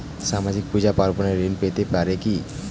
সামাজিক পূজা পার্বণে ঋণ পেতে পারে কি?